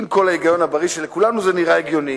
עם כל ההיגיון הבריא, ולכולנו זה נראה הגיוני,